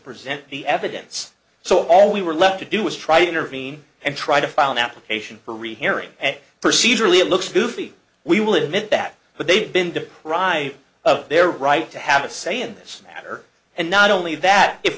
present the evidence so all we were left to do was try to intervene and try to file an application for rehearing and procedurally it looks movie we will admit that but they've been deprived of their right to have a say in this matter and not only that if